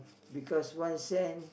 because one cent